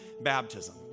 baptism